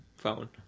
phone